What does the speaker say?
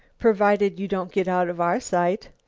providing you don't get out of our sight.